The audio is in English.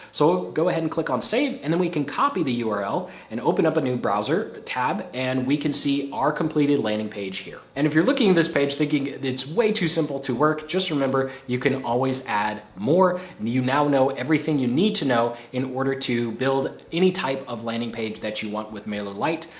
so go ahead and click on save and then we can copy the url and open up a new browser tab and we can see our completed landing page here. and if you're looking at this page thinking it's way too simple to work, just remember, you can always add more. you now know everything you need to know in order to build any type of landing page that you want with mailer light.